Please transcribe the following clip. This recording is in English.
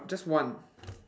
just one